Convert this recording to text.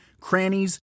Crannies